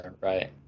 right